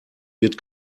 wird